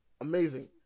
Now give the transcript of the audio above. amazing